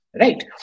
right